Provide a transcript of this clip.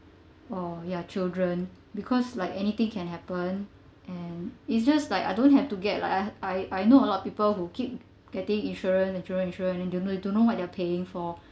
or ya children because like anything can happen and it's just like I don't have to get like I I I know a lot of people who keep getting insurance insurance insurance and don't know don't know what they're paying for